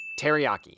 teriyaki